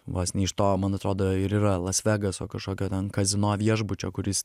vos ne iš to man atrodo ir yra las vegaso kažkokio ten kazino viešbučio kuris